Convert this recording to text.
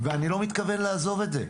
ואני לא מתכוון לעזוב את זה.